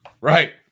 Right